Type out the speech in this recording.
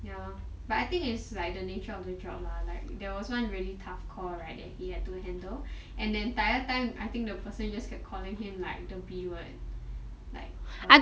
ya lor but I think it's like the nature of the job lah like there was one really tough call right that he had to handle and the entire time I think the person just kept calling him like the B word like err